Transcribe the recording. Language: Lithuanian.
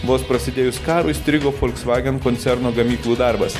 vos prasidėjus karui strigo volkswagen koncerno gamyklų darbas